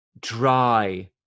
dry